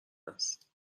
هست